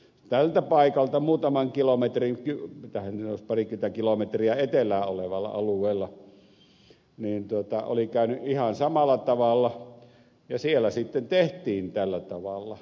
tältä paikalta muutaman kilometrin mitähän siinä olisi parikymmentä kilometriä etelään olevalla alueella oli käynyt ihan samalla tavalla ja siellä sitten tehtiin tällä tavalla